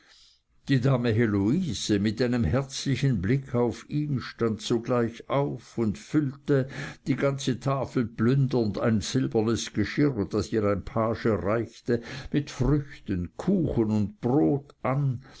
die dame heloise mit einem herzlichen blick auf ihn stand sogleich auf und füllte die ganze tafel plündernd ein silbernes geschirr das ihr ein page reichte mit früchten kuchen und brot an